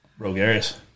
Rogarius